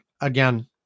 again